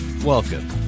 Welcome